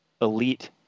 elite